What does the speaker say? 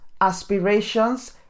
aspirations